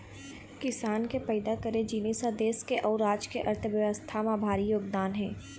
किसान के पइदा करे जिनिस ह देस के अउ राज के अर्थबेवस्था म भारी योगदान हे